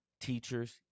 Teachers